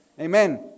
Amen